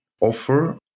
offer